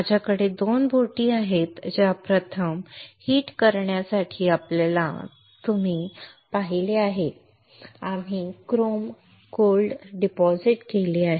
माझ्याकडे 2 बोटी आहेत ज्या प्रथम हिट करण्यासाठी आणल्या कारण तुम्ही पाहिले आहे की आम्ही क्रोम सोने जमा केले आहे